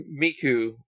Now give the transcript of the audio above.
Miku